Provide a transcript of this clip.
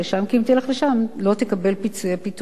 כי אם תלך לשם לא תקבל פיצויי פיטורים.